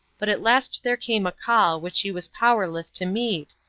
but at last there came a call which she was powerless to meet,